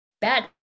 bad